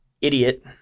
idiot